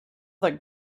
that